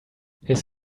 his